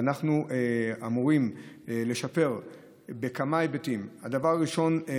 ואנחנו אמורים לשפר בכמה היבטים: הדבר הראשון,